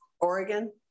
Oregon